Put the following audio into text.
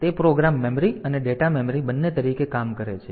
તેથી તે program memory અને ડેટા મેમરી બંને તરીકે કામ કરે છે